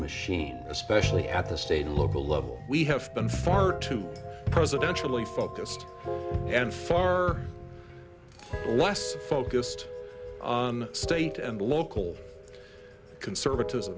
machine especially at the state and local level we have been far too presidential a focused and far less focused on state and local conservati